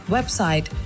Website